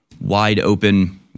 wide-open